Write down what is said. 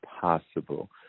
possible